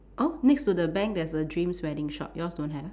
oh next to the bank there's a dreams wedding shop yours don't have